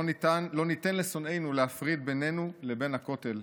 לא ניתן לשונאינו להפריד בינינו לבין הכותל.